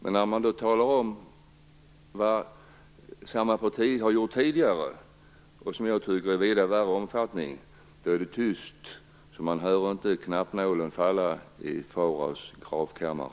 Men när man talar om vad detta parti har gjort tidigare, ett agerande som jag tycker är vida värre, då är det så tyst att man kan höra en knappnål falla i Faraos gravkammare.